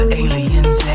aliens